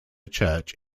church